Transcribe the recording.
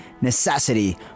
necessity